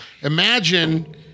imagine